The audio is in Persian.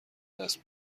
بدست